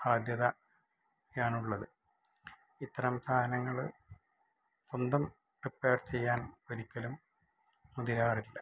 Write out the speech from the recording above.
ബാധ്യതയാണുള്ളത് ഇത്തരം സാധനങ്ങൾ സ്വന്തം റിപ്പേർ ചെയ്യാൻ ഒരിക്കലും മുതിരാറില്ല